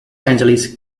angeles